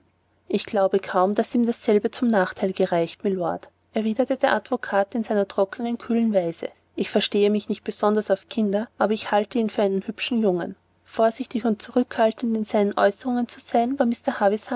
ich glaube kaum daß ihm dasselbe zum nachteil gereichte mylord erwiderte der advokat in seiner trockenen kühlen weise ich verstehe mich nicht besonders auf kinder aber ich halte ihn für einen hübschen jungen vorsichtig und zurückhaltend in seinen aeußerungen zu sein war